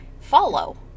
follow